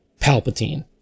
Palpatine